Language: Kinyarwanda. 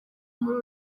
muri